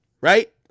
right